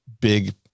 big